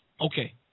Okay